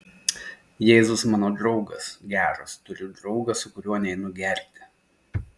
jėzus mano draugas geras turiu draugą su kuriuo neinu gerti